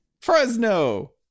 Fresno